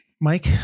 Mike